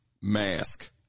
mask